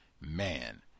man